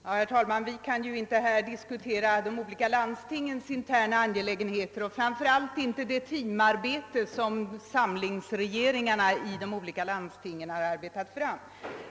Herr talman! Vi kan inte här diskutera olika landstings interna angelägenheter och framför allt inte det teamarbete som »samlingsregeringarna» i de olika landstingen har kommit fram till.